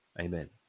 amen